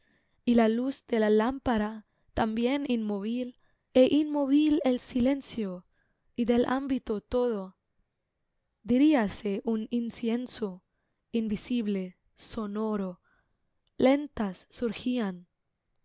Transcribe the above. y la luz de la lámpara también inmóvil é inmóvil el silencio y del ámbito todo diríase un incienso invisible sonoro lentas surgían